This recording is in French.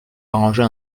arranger